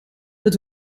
het